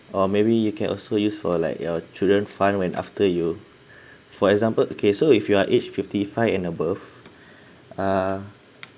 or maybe you can also use for like your children fund when after you for example okay so if you are aged fifty five and above uh